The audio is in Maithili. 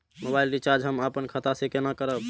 मोबाइल रिचार्ज हम आपन खाता से कोना करबै?